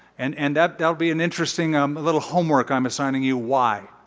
and and ah that'll be an interesting um little homework i'm assigning you. why?